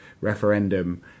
referendum